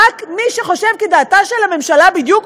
רק מי שחושב כדעתה של הממשלה בדיוק,